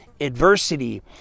adversity